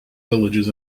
villages